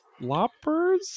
loppers